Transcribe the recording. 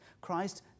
Christ